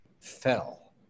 fell